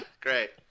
great